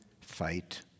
fight